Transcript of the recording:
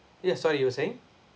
yes sorry you were saying